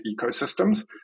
ecosystems